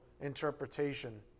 interpretation